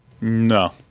No